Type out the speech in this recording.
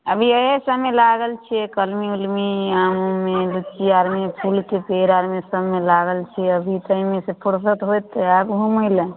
अभी एहिसबमे लागल छिए कलमी उलमी आम उममे लुच्ची आओरमे फूलके पेड़ आओरमे सबमे लागल छिए अभी एहिमेसँ फुरसत हैत तऽ आएब घुमैलए